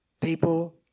People